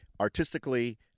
artistically